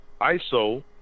Iso